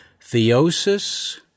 theosis